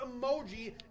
emoji